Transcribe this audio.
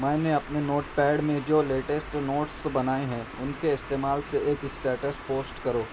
میں نے اپنے نوٹ پیڈ میں جو لیٹسٹ نوٹس بنائے ہیں ان کے استعمال سے ایک اسٹیٹس پوسٹ کرو